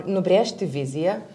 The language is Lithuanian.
nubrėžti viziją